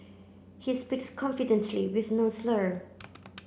he speaks confidently with no slur